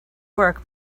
work